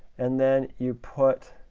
and then you put